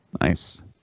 Nice